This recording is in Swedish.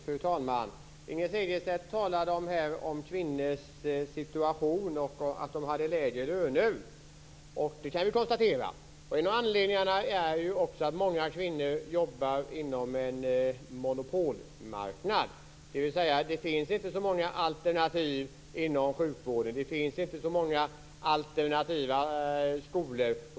Fru talman! Inger Segelstedt talade här om kvinnor situation och att de har lägre löner. Vi kan konstatera att det är så. En av anledningarna är ju att många kvinnor jobbar på en monopolmarknad. Det finns inte så många alternativ inom sjukvården. Det finns inte så många alternativa skolor.